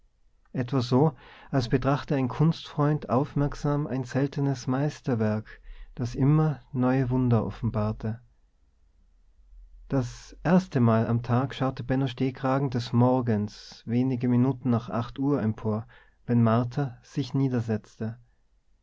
etwa so als betrachte ein kunstfreund aufmerksam ein seltenes meisterwerk das immer neue wunder offenbarte das erstemal am tag schaute benno stehkragen des morgens wenige minuten nach acht uhr empor wenn martha sich